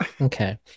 Okay